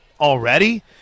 already